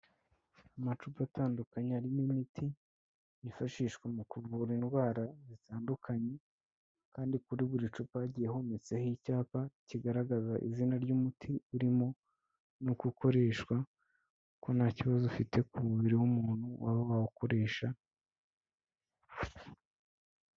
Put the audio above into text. Amacupa atandukanye arimo imiti yifashishwa mu kuvura indwara zitandukanye, kandi kuri buri cupa hagiye hometseho icyapa kigaragaza izina ry'umuti urimo nuko gukoreshwa, ko nta kibazo ufite ku mubiri w'umuntu waba wawukoresha,